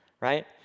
right